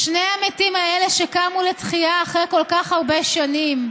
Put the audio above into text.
"שני המתים האלה שקמו לתחייה אחרי כל כך הרבה שנים,